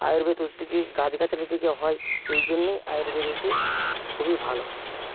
আয়ুর্বেদ ওষুধ থেকে গাছগাছালি থেকে হয় এইজন্যেই আয়ুর্বেদ ওষুধ খুবই ভালো